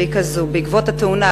והיא כזו: בעקבות התאונה,